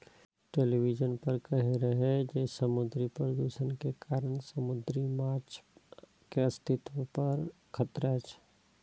television पर कहै रहै जे समुद्री प्रदूषण के कारण समुद्री माछक अस्तित्व पर खतरा छै